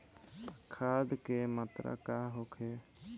खाध के मात्रा का होखे?